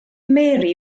mary